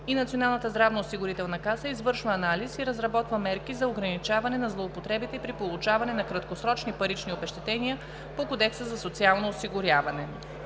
и Националната здравноосигурителна каса извършва анализ и разработва мерки за ограничаване на злоупотребите при получаване на краткосрочни парични обезщетения по Кодекса за социално осигуряване.“